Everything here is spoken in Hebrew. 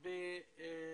ישראל.